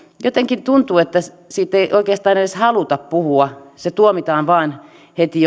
jotenkin tuntuu että siitä ei oikeastaan edes haluta puhua se tuomitaan vain heti